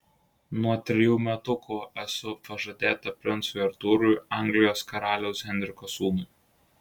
nuo trejų metukų esu pažadėta princui artūrui anglijos karaliaus henriko sūnui